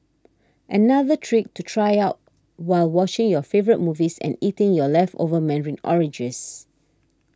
another trick to try out while watching your favourite movies and eating your leftover Mandarin oranges